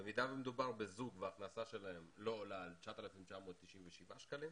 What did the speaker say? במידה ומדובר בזוג וההכנסה שלהם לא עולה על 9,997 שקלים,